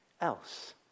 else